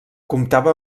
comptava